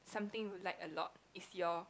something like a lot is your